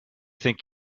think